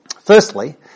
Firstly